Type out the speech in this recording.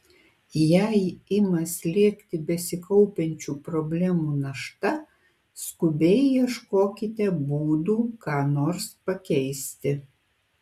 jei ima slėgti besikaupiančių problemų našta skubiai ieškokite būdų ką nors pakeisti